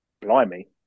blimey